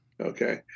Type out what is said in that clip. okay